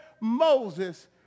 Moses